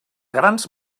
grans